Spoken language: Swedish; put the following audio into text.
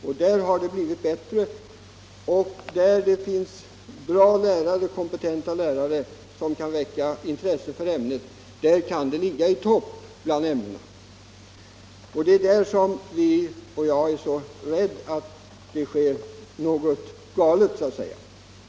Därvidlag har det blivit bättre, och där det finns goda och kompetenta lärare som kan väcka intresse för ämnet kan det ligga i topp bland ämnena. Det är på den punkten som vi i Broderskapsrörelsen är rädda för att någonting går galet.